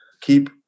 keep